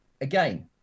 again